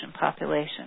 population